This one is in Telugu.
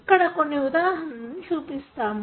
ఇక్కడ కొన్ని ఉదాహరణలు చూపిస్తాము